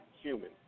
human